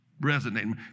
resonating